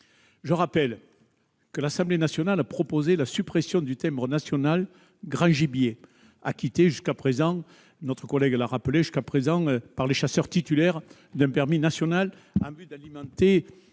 le rappelle, l'Assemblée nationale a proposé la suppression du timbre national grand gibier, acquitté jusqu'à présent, notre collègue l'a rappelé, par les chasseurs titulaires d'un permis national, en vue d'alimenter